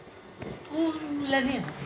company वित्तो के मतलब छै कम्पनी लगां कुल पूंजी